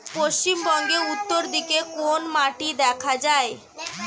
পশ্চিমবঙ্গ উত্তর দিকে কোন মাটি দেখা যায়?